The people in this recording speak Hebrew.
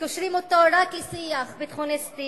וקושרים אותו רק לשיח ביטחוניסטי,